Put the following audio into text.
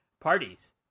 parties